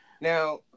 Now